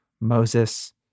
Moses